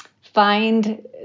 find